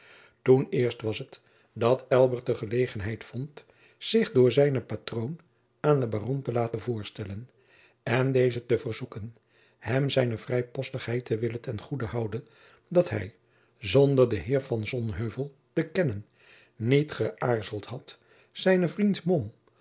toen eerst was het dat elbert de gelegenheid vond zich door zijnen patroon aan den baron te laten voorstellen en dezen te verzoeken hem zijne vrijpostigheid te willen ten goede houden dat hij zonder den heer van sonheuvel te kennen niet gëaarzeld had zijnen vriend